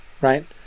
right